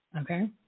Okay